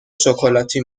شکلاتی